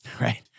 Right